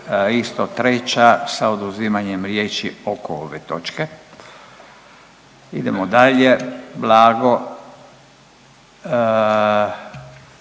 Isto treća sa oduzimanjem riječi oko ove točke. Idemo dalje. Blago.